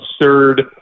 absurd